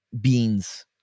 beans